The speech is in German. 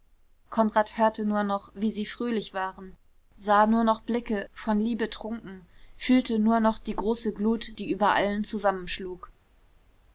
konrad hörte nur noch wie sie fröhlich waren sah nur noch blicke von liebe trunken fühlte nur noch die große glut die über allen zusammenschlug